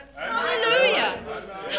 Hallelujah